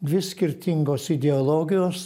dvi skirtingos ideologijos